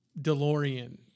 DeLorean